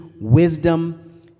wisdom